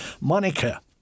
Monica